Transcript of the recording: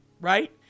right